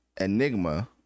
Enigma